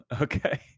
okay